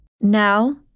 Now